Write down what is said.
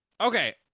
okay